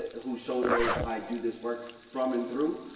whose shoulders i do this work from and through.